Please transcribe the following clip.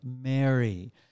Mary